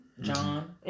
John